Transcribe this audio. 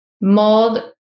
mold